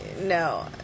No